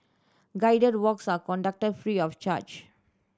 guided walks are conducted free of charge